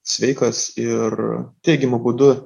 sveikas ir teigiamu būdu